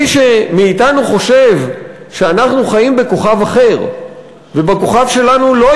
מי מאתנו שחושב שאנחנו חיים בכוכב אחר ובכוכב שלנו לא